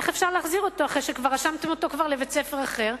איך אפשר להחזיר אותו אחרי שכבר רשמתם אותו לבית-ספר אחר,